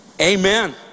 Amen